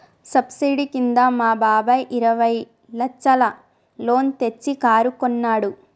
subsidy కింద మా బాబాయ్ ఇరవై లచ్చల లోన్ తెచ్చి కారు కొన్నాడు